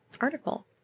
article